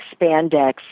spandex